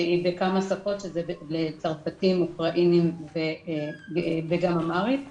שהיא בכמה שפות, בצרפתית, אוקראינית וגם אמהרית.